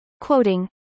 quoting